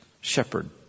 shepherd